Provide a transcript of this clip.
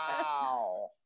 wow